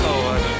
Lord